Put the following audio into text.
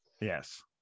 Yes